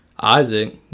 Isaac